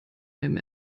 meinem